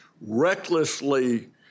recklessly